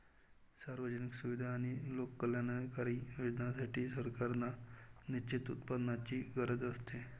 सार्वजनिक सुविधा आणि लोककल्याणकारी योजनांसाठी, सरकारांना निश्चित उत्पन्नाची गरज असते